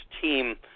team –